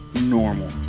normal